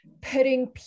putting